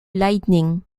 lightning